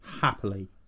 Happily